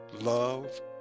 love